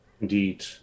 Indeed